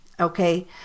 Okay